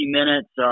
minutes